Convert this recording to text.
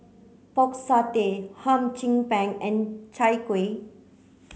pork satay Hum Chim Peng and Chai Kuih